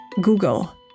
Google